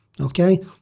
Okay